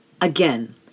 again